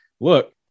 look